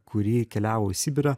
kuri keliavo į sibirą